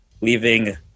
leaving